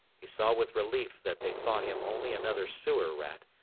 he saw with relief that they thought him only another sewer rat,